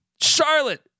Charlotte